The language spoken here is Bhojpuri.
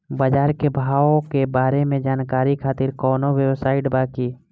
बाजार के भाव के बारे में जानकारी खातिर कवनो वेबसाइट बा की?